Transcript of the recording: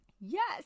yes